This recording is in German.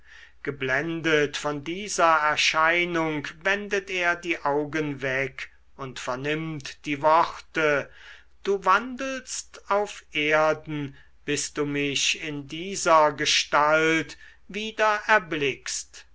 geblendet von dieser erscheinung wendet er die augen weg und vernimmt die worte du wandelst auf erden bis du mich in dieser gestalt wieder erblickst